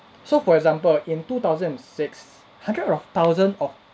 so for example in two thousand and six hundred of thousand of